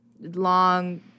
long